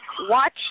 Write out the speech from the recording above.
watch